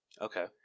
Okay